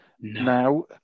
Now